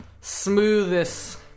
smoothest